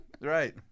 Right